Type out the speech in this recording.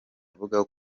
avuga